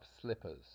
slippers